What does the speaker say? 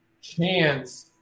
chance